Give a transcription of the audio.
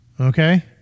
Okay